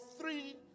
three